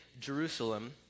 Jerusalem